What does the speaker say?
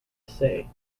say